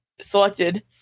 selected